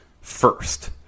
first